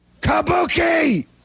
kabuki